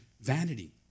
vanity